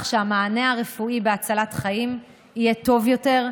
שהמענה הרפואי בהצלת חיים יהיה טוב יותר,